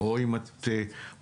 אין שום תיאום האחד עם השני.